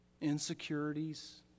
insecurities